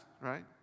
right